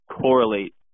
correlate